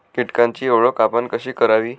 कीटकांची ओळख आपण कशी करावी?